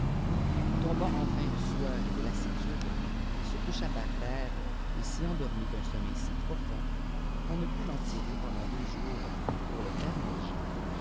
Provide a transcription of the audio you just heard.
où tombant enfin de sueur et de lassitude il se coucha par terre et s'y endormit d'iin sommeil si profond qu'on ne put l'en tirer pendant deux jours pour le faire manger